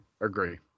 agree